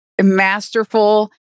masterful